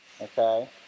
okay